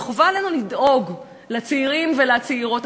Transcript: וחובה עלינו לדאוג לצעירים ולצעירות.